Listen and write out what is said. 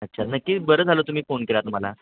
अच्छा नक्की बरं झालं तुम्ही फोन केलात मला